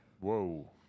Whoa